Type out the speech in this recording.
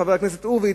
חבר הכנסת הורוביץ,